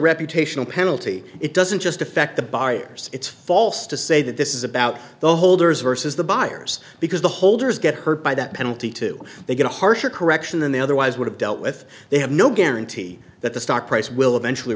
reputational penalty it doesn't just affect the buyers it's false to say that this is about the holders versus the buyers because the holders get hurt by that penalty too they get a harsher correction than they otherwise would have dealt with they have no guarantee that the stock price will eventually